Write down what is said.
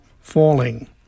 Falling